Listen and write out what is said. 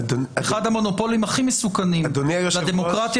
אחד המונופולים הכי מסוכנים לדמוקרטיה